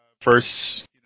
first